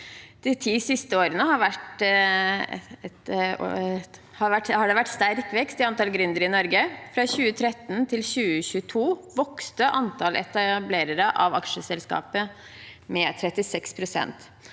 De ti siste årene har det vært sterk vekst i antall gründere i Norge. Fra 2013 til 2022 vokste antallet etablerere av aksjeselskaper med 36